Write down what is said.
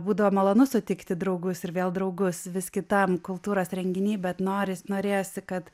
būdavo malonu sutikti draugus ir vėl draugus vis kitam kultūros renginy bet noris norėjosi kad